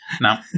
Now